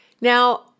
Now